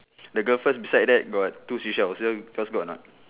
the girl first beside that got two seashells so you girl got or not